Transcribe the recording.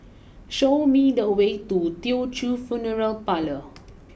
show me the way to Teochew Funeral Parlour